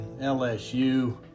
lsu